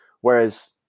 Whereas